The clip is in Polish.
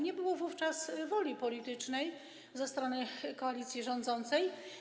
Nie było wówczas woli politycznej ze strony koalicji rządzącej.